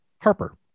harper